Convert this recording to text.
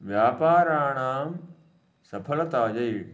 व्यापाराणां सफलतायै